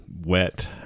wet